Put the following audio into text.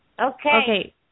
Okay